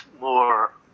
more